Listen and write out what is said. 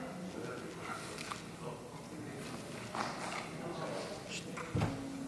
במלאכת החקיקה, שזאת באמת עבודה שראויה להערצה.